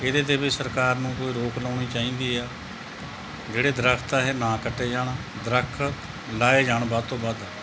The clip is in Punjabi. ਇਹਦੇ 'ਤੇ ਵੀ ਸਰਕਾਰ ਨੂੰ ਕੋਈ ਰੋਕ ਲਾਉਣੀ ਚਾਹੀਦੀ ਆ ਜਿਹੜੇ ਦਰਖਤ ਆ ਇਹ ਨਾ ਕੱਟੇ ਜਾਣ ਦਰਖਤ ਲਗਾਏ ਜਾਣ ਵੱਧ ਤੋਂ ਵੱਧ